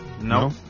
No